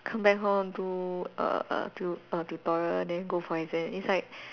come back home do err err do a tutorial then go for exam it's like